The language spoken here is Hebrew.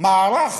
מערך